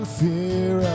fear